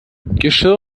geschirr